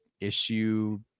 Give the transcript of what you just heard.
issue